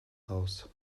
haus